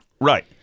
Right